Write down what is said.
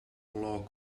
law